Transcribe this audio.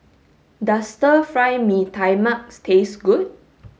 does stir fry mee tai mak taste good